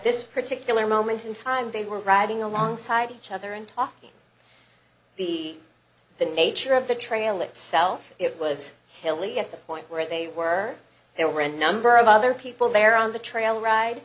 this particular moment in time they were riding alongside each other and talking the the nature of the trail itself it was hilly at the point where they were there were a number of other people there on the trail ride